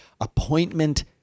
appointment